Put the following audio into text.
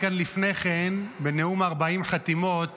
בנאום 40 החתימות